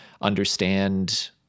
understand